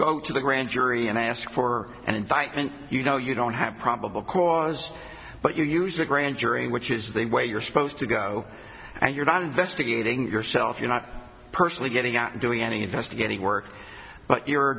go to the grand jury and ask for an invite and you know you don't have probable cause but you use the grand jury which is the way you're supposed to go and you're not investigating yourself you're not personally getting out doing any investigative work but you're